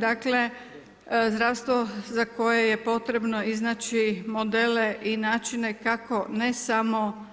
Dakle, zdravstvo za koje je potrebno iznaći modele i načine kako ne samo